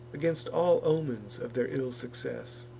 against all omens of their ill success.